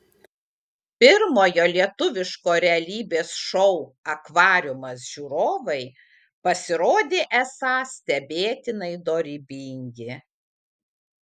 pirmojo lietuviško realybės šou akvariumas žiūrovai pasirodė esą stebėtinai dorybingi